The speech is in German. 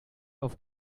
auf